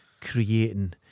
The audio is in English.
Creating